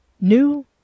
New